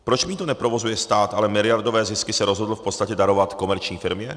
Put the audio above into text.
Proč mýto neprovozuje stát, ale miliardové zisky se rozhodl v podstatě darovat komerční firmě?